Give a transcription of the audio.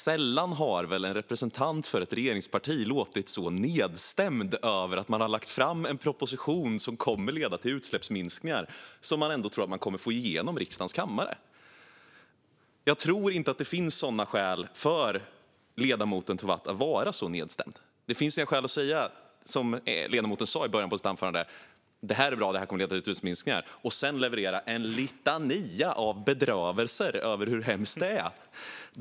Sällan har väl en representant för ett regeringsparti låtit så nedstämd över att man har lagt fram en proposition som kommer att leda till utsläppsminskningar och som man ändå tror att man kommer att få igenom i riksdagens kammare. Jag tror inte att det finns skäl för ledamoten Tovatt att vara så nedstämd. Det finns inga skäl att, som ledamoten gjorde i början av sitt anförande, säga att det här är bra och kommer att leda till utsläppsminskningar och sedan leverera en litania av bedrövelser över hur hemskt det är.